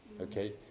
Okay